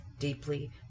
deeply